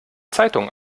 zeitung